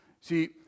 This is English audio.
See